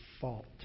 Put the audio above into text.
fault